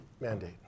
mandate